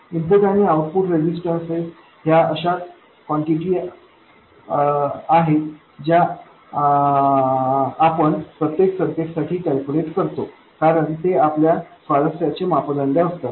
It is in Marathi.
इनपुट आणि आउटपुट रेजिस्टेन्सेस ह्या अशा क्वान्टिटी ज्या आपण प्रत्येक सर्किटसाठी कॅलक्युलेट करतो कारण ते आपल्या स्वारस्याचे मापदंड असतात